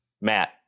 Matt